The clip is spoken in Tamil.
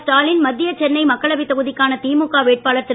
ஸ்டாலின் மத்திய சென்னை மக்களவைத் தொகுதிக்கான திமுக வேட்பாளர் திரு